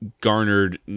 garnered